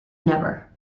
never